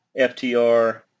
FTR